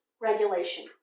regulation